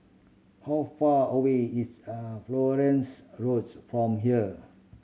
how far away is a Florence Roads from here